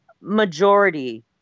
Majority